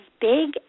big